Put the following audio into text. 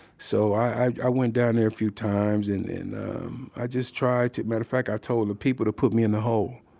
so i i went down there a few times, and i just tried to, matter of fact, i told people to put me in the hole,